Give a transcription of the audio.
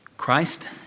Christ